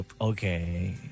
Okay